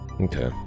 Okay